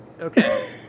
Okay